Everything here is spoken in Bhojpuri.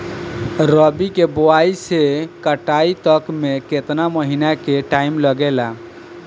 रबी के बोआइ से कटाई तक मे केतना महिना के टाइम लागेला?